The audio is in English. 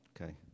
Okay